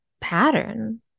pattern